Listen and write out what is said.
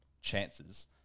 chances